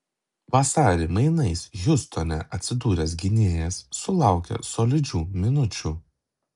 vasarį mainais hjustone atsidūręs gynėjas sulaukė solidžių minučių